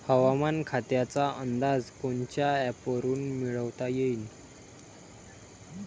हवामान खात्याचा अंदाज कोनच्या ॲपवरुन मिळवता येईन?